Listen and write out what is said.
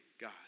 God